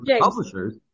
publishers